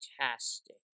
fantastic